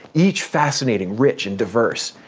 each fascinating, rich, and diverse.